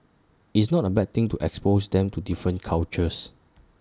it's not A bad thing to expose them to different cultures